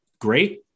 great